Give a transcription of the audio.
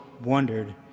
wondered